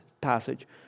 passage